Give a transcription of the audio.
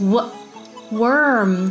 Worm